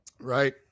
right